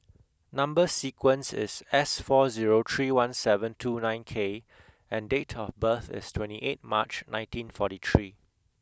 number sequence is S four zero three one seven two nine K and date of birth is twenty eight March nineteen forty three